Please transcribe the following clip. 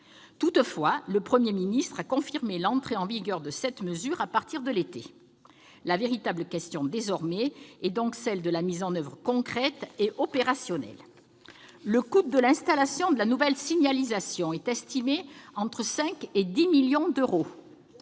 Toutefois, le Premier ministre a confirmé l'entrée en vigueur de cette mesure à partir de l'été prochain. La véritable question est donc désormais celle de sa mise en oeuvre concrète et opérationnelle. Le coût de l'installation de la nouvelle signalisation est estimé entre 5 et 10 millions d'euros.